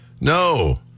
No